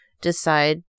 decide